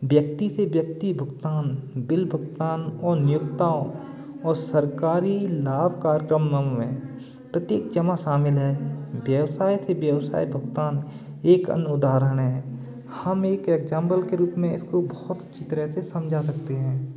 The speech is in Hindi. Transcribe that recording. व्यक्ति से व्यक्ति भुगतान बिल भुगतान और नियोक्ताओं और सरकारी लाभ कार्यक्रमों में प्रत्येक जमा शामिल है व्यवसाय से व्यवसाय भुगतान एक अन्य उदाहरण हैं हम एक एग्जाम्पल के रूप में इसको बहुत अच्छी तरह से समझा सकतें हैं